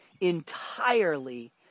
entirely